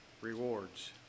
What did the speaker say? rewards